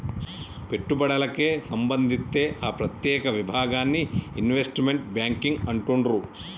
పెట్టుబడులకే సంబంధిత్తే ఆ ప్రత్యేక విభాగాన్ని ఇన్వెస్ట్మెంట్ బ్యేంకింగ్ అంటుండ్రు